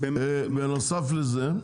בנוסף לזה,